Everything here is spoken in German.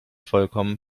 vollkommen